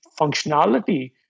functionality